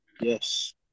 Yes